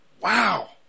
wow